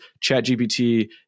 ChatGPT